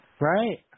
Right